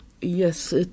Yes